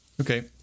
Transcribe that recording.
Okay